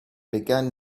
began